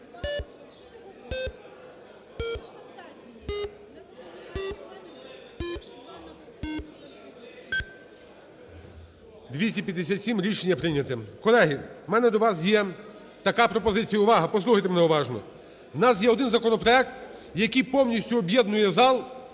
За-257 Рішення прийнято. Колеги, у мене до вас є така пропозиція. Увага! Послухайте мене уважно. У нас є один законопроект, який повністю об'єднує зал